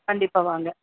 கண்டிப்பாக வாங்க